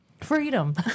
Freedom